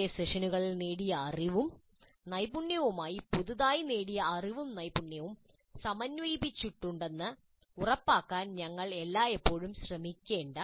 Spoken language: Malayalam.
മുമ്പത്തെ സെഷനുകളിൽ നേടിയ അറിവും നൈപുണ്യവുമായി പുതുതായി നേടിയ അറിവും നൈപുണ്യവും സമന്വയിപ്പിച്ചിട്ടുണ്ടെന്ന് ഉറപ്പാക്കാൻ ഞങ്ങൾ എല്ലായ്പ്പോഴും ശ്രമിക്കേണ്ട